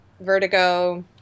Vertigo